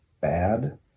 bad